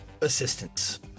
assistance